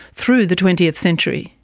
through the twentieth century.